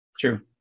True